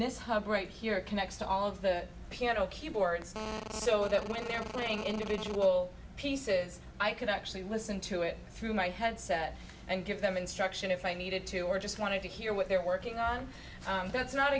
this hope right here connects to all of the piano keyboards so that when they're playing individual pieces i could actually listen to it through my headset and give them instruction if i needed to or just want to hear what they're working on that's not